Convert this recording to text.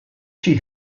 she